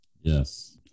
Yes